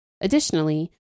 Additionally